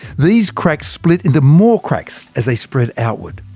these cracks split into more cracks as they spread outward.